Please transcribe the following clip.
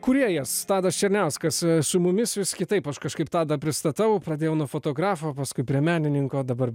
kūrėjas tadas černiauskas su mumis vis kitaip aš kažkaip tadą pristatau pradėjau nuo fotografo paskui prie menininko dabar